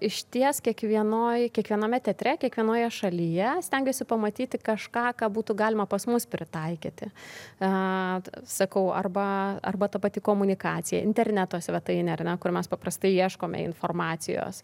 išties kiekvienoj kiekviename teatre kiekvienoje šalyje stengiuosi pamatyti kažką ką būtų galima pas mus pritaikyti a sakau arba arba ta pati komunikacija interneto svetainė ar ne kur mes paprastai ieškome informacijos